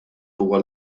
huwa